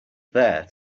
there